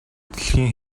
дэлхийн